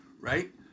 Right